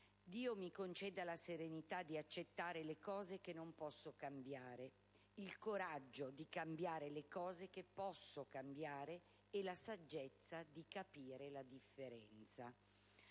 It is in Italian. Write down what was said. «Dio mi conceda la serenità di accettare le cose che non posso cambiare, il coraggio di cambiare le cose che posso cambiare e la saggezza di capire la differenza».